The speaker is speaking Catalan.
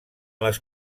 les